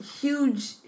huge